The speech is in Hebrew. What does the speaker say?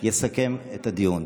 יסכם את הדיון.